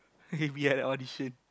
we had a audition